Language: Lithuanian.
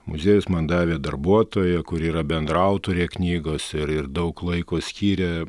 muziejus man davė darbuotoją kuri yra bendraautorė knygos ir ir daug laiko skyrė